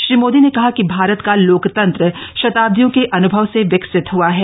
श्री मोदी ने कहा कि भारत का लोकतंत्र शताब्दियों के अन्भव से विकसित हुआ है